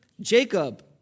Jacob